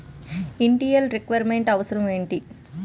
Initial requirement అవసరం ఎంటి?